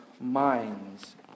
minds